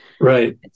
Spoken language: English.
Right